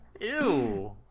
Ew